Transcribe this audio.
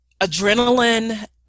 adrenaline